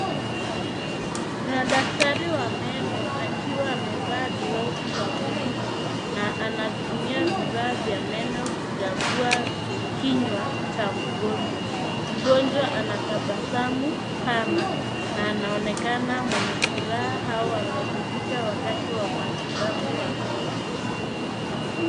Kuna daktari wa meno akiwa amevaa glovu za bluu na anatumia vifaa vya meno kukagua kinywa cha mgonjwa. Mgonjwa anatabasamu pana na anaonekana mwenye furaha au ameridhika wakati wa matibabu ya meno.